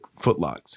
footlocks